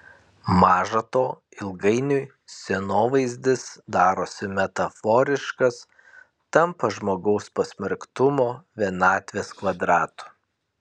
maža to ilgainiui scenovaizdis darosi metaforiškas tampa žmogaus pasmerktumo vienatvės kvadratu